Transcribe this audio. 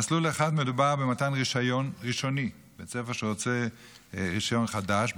במסלול אחד מדובר במתן רישיון ראשוני: בית ספר שרוצה רישיון חדש,